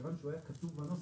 שמכיוון שהוא היה כתוב בנוסח,